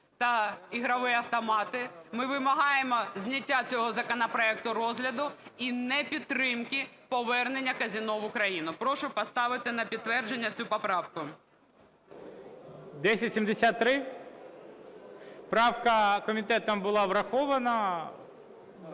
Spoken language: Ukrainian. та ігрові автомати. Ви вимагаємо зняття цього законопроекту з розгляду і не підтримки повернення казино в Україну. Прошу поставити на підтвердження цю поправку. ГОЛОВУЮЧИЙ. 1073? Правка комітетом була врахована,